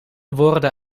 woorden